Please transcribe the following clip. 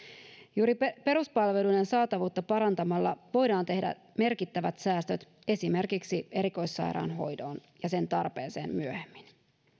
juuri peruspalveluiden saatavuutta parantamalla voidaan tehdä merkittävät säästöt esimerkiksi erikoissairaanhoitoon ja sen tarpeeseen myöhemmin